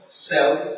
self